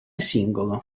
singolo